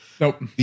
Nope